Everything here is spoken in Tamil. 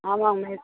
ஆமாங்க மிஸ்